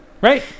right